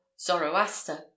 Zoroaster